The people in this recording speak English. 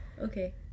Okay